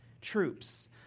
troops